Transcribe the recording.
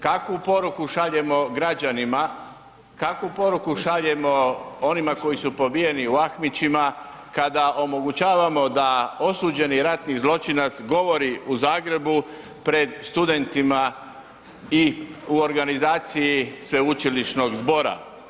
Kakvu poruku šaljemo građanima, kakvu poruku šaljemo onima koji su pobijeni u Ahmićima kada omogućavamo da osuđeni ratni zločinac govori u Zagrebu pred studentima i u organizaciji sveučilišnog zbora.